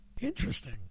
interesting